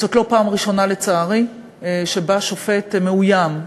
זאת לא הפעם הראשונה, לצערי, שבה שופט מאוים.